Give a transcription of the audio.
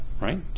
right